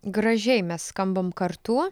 gražiai mes skambam kartu